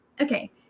okay